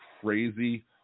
crazy